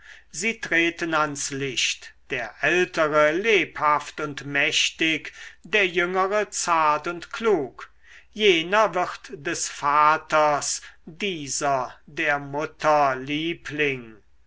sie treten ans licht der ältere lebhaft und mächtig der jüngere zart und klug jener wird des vaters dieser der mutter liebling